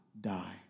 die